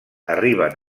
arriben